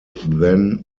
then